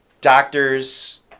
Doctors